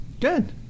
Good